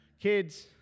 Kids